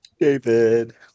David